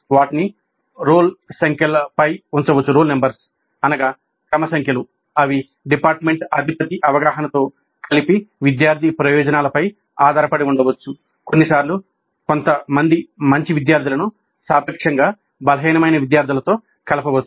వాటిని రోల్ సంఖ్యలపై ఉంచవచ్చు అనగా క్రమ సంఖ్యలు అవి డిపార్ట్మెంట్ అధిపతి అవగాహన తో కలిపి విద్యార్థి ప్రయోజనాలపై ఆధారపడి ఉండవచ్చు కొన్నిసార్లు కొంతమంది మంచి విద్యార్థులను సాపేక్షంగా బలహీనమైన విద్యార్థులతో కలపవచ్చు